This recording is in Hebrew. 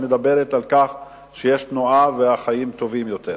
והיא מדברת על כך שיש תנועה והחיים טובים יותר.